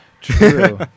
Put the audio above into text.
True